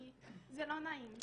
כי זה לא נעים.